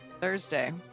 Thursday